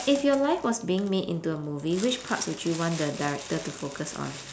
if your life was being made into a movie which parts would you want the director to focus on